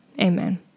Amen